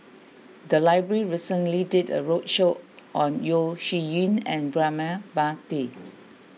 the library recently did a roadshow on Yeo Shih Yun and Braema Mathi